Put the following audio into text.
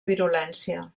virulència